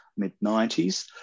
mid-90s